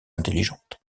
intelligente